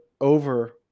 over